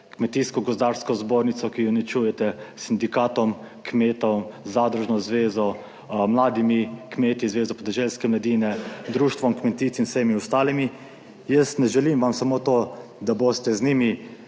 Kmetijsko gozdarsko zbornico, ki jo uničujete, s Sindikatom kmetov, zadružno zvezo, mladimi kmeti, Zvezo podeželske mladine, Društvom kmetic in vsemi ostalimi. Jaz ne želim vam samo to, da boste z njimi